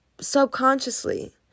subconsciously